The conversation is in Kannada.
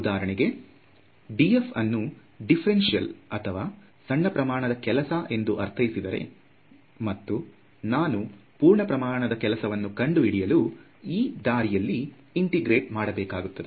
ಉದಾಹರಣೆಗೆ df ಅನ್ನು ಡಿಫ್ರೆಂಶಿಯಲ್ ಅಥವಾ ಸಣ್ಣ ಪ್ರಮಾಣದ ಕೆಲಸ ಎಂದು ಅರ್ಥೈಸಿದರೆ ಮತ್ತು ನಾನು ಪೂರ್ಣ ಪ್ರಮಾಣದ ಕೆಲಸವನ್ನು ಕಂಡು ಹಿಡಿಯಲು ಈ ದಾರಿಯಲ್ಲಿ ಇಂಟೆಗ್ರೇಟ್ ಮಾಡಬೇಕಾಗುತ್ತದೆ